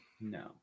No